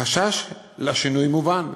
החשש מהשינוי מובן,